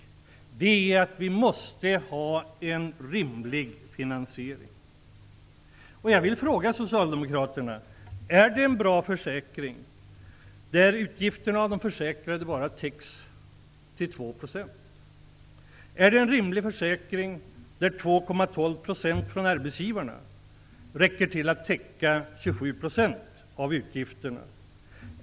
Vi måste ha en rimlig finansiering. Jag vill fråga socialdemokraterna om en försäkring där utgifterna bara täcks till 2 % av de försäkrade är en bra försäkring. Är det rimligt att 2,12 % från arbetsgivarna räcker till att täcka 27 % av utgifterna?